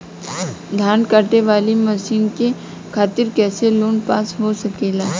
धान कांटेवाली मशीन के खातीर कैसे लोन पास हो सकेला?